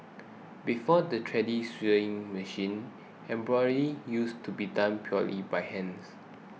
before the treadle sewing machine embroidery used to be done purely by hand